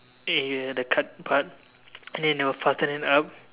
area the cut part and then they will fastened it up